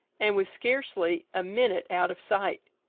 and was scarcely a minute out of sight.